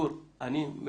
גור, אני מבקש